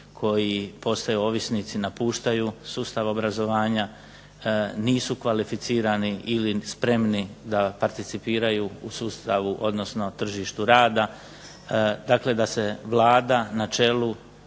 koji postaju ovisnici napuštaju sustav obrazovanja, nisu kvalificirani ili spremni da participiraju u sustavu, odnosno tržištu rada, dakle da se Vlada na čelu